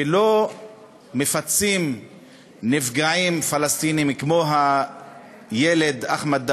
ואמר שלא מפצים נפגעים פלסטינים כמו הילד אחמד דוואבשה,